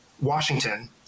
Washington